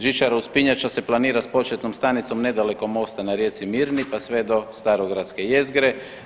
Žičara, uspinjača se planira s početnom stanicom nedaleko mosta na rijeci Mirni pa sve do starogradske jezgre.